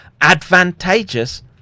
advantageous